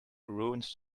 ruins